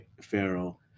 Pharaoh